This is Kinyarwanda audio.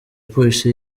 polisi